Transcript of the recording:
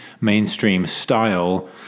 mainstream-style